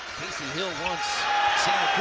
casey hill wants